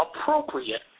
appropriate